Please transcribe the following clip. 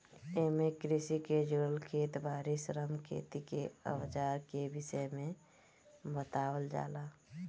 एमे कृषि के जुड़ल खेत बारी, श्रम, खेती के अवजार के विषय में बतावल जाला